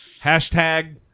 Hashtag